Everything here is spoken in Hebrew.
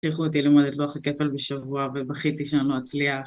הכריחו אותי ללמוד את לוח הכפל בשבוע ובכיתי שאני לא הצליח